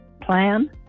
plan